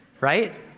right